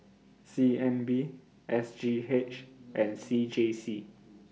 C N B S G H and C J C